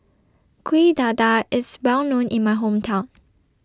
Kuih Dadar IS Well known in My Hometown